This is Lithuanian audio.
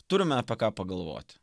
turime apie ką pagalvoti